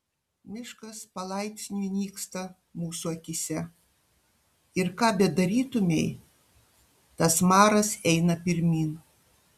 miškas palaipsniui nyksta mūsų akyse ir ką bedarytumei tas maras eina pirmyn